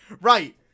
Right